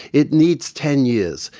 it needs ten years,